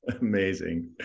Amazing